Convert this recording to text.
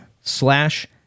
slash